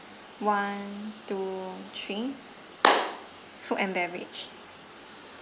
one two three food and beverage